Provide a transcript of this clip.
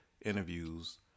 interviews